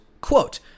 Quote